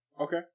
Okay